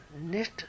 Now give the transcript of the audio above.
knit